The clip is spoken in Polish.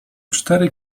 cztery